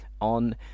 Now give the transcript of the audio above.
on